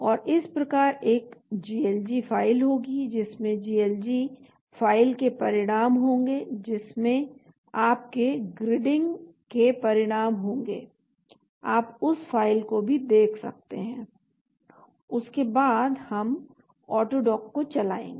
और इस प्रकार एक GLG फ़ाइल होगी जिसमें GLG फ़ाइल के परिणाम होंगे जिसमें आपके ग्रिडिंग के परिणाम होंगे आप उस फ़ाइल को भी देख सकते हैं उसके बाद हम ऑटोडॉक को चलाएंगे